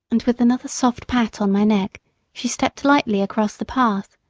and with another soft pat on my neck she stepped lightly across the path,